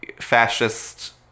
fascist